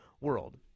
world